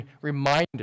reminder